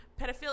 Pedophilia